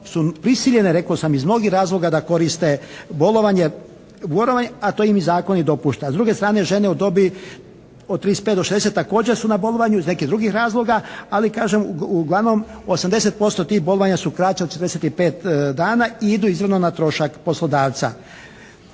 su prisiljene rekao sam iz mnogih razloga da koriste bolovanje, a to im i zakon dopušta. S druge strane žene u dobi od 35 do 60 također su na bolovanju iz nekih drugih razloga. Ali kažem uglavnom 80% tih bolovanja su kraća od 45 dana i izravno na trošak poslodavca.